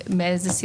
חקירת יכולת.